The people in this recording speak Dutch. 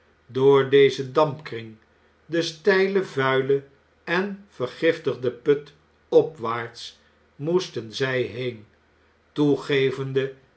door dezen dampkring de steile vuile en vergiftigen put opwaarts moesten zjj heen toegevende